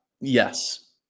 Yes